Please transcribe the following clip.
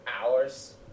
hours